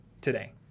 today